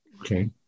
Okay